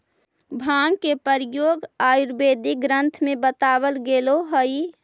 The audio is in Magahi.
भाँग के प्रयोग आयुर्वेदिक ग्रन्थ में बतावल गेलेऽ हई